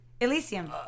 Elysium